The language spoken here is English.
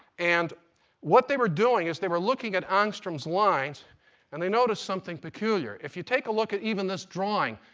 and what they were doing is they were looking at angstrom's lines and they noticed something peculiar. if you take a look at even this drawing,